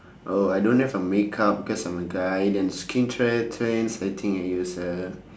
oh I don't dare for makeup cause I'm a guy then skincare trends I think useless